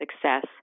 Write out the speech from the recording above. success